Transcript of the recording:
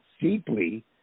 deeply